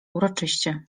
uroczyście